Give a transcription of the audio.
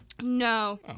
no